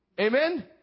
Amen